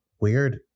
weird